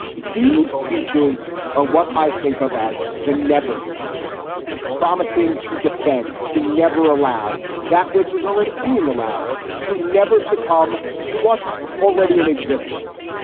these speeches are what i think of as the never speeches promising to defend, to never allow that which is already being allowed to never succumb to what's already in existence.